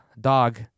dog